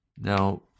Now